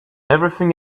everything